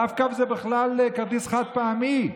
רב-קו זה בכלל כרטיס חד-פעמי.